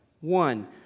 One